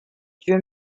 dieu